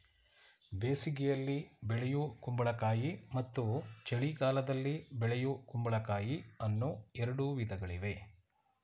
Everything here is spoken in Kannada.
ಬೇಸಿಗೆಯಲ್ಲಿ ಬೆಳೆಯೂ ಕುಂಬಳಕಾಯಿ ಮತ್ತು ಚಳಿಗಾಲದಲ್ಲಿ ಬೆಳೆಯೂ ಕುಂಬಳಕಾಯಿ ಅನ್ನೂ ಎರಡು ವಿಧಗಳಿವೆ